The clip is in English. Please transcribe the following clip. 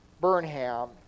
Burnham